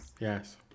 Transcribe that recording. Yes